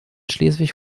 schleswig